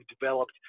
developed